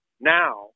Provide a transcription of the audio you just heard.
now